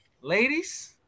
ladies